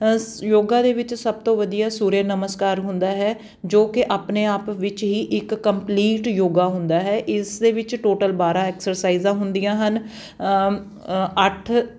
ਸ ਯੋਗਾ ਦੇ ਵਿੱਚ ਸਭ ਤੋਂ ਵਧੀਆ ਸੂਰਯ ਨਮਸਕਾਰ ਹੁੰਦਾ ਹੈ ਜੋ ਕਿ ਆਪਣੇ ਆਪ ਵਿੱਚ ਹੀ ਇੱਕ ਕੰਪਲੀਟ ਯੋਗਾ ਹੁੰਦਾ ਹੈ ਇਸ ਦੇ ਵਿੱਚ ਟੋਟਲ ਬਾਰਾਂ ਐਕਸਰਸਾਈਜ਼ਾਂ ਹੁੰਦੀਆਂ ਹਨ ਅੱਠ